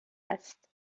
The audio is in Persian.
است